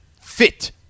fit